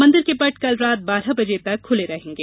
मंदिर के पट कल रात बारह बजे तक खुले रहेंगे